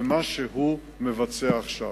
לבין מה שהוא מבצע עכשיו,